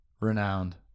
renowned